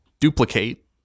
duplicate